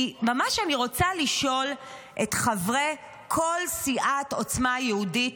כי אני ממש רוצה לשאול את כל חברי סיעת עוצמה יהודית,